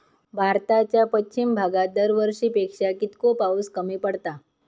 भारताच्या पश्चिम भागात दरवर्षी पेक्षा कीतको पाऊस कमी पडता?